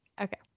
Okay